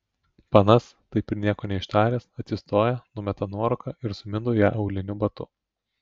panas taip nieko ir neištaręs atsistoja numeta nuorūką ir sumindo ją auliniu batu